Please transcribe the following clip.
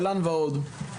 תל"ן ועוד.